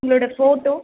உங்களோடய ஃபோட்டோ